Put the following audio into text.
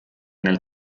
nel